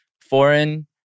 foreign